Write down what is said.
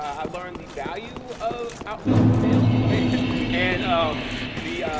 i learned the value of outlook mail and um the,